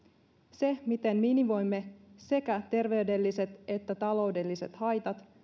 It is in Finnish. se miten minimoimme sekä terveydelliset että taloudelliset haitat